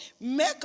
make